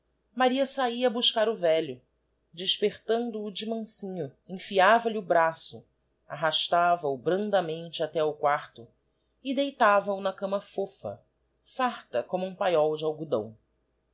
maria sahia a buscar o velho despertando o de mansinho enfiava-lhe o braço arrastava o brandamente até ao quarto e deitava o na cama fofa farta como um paiol de algodão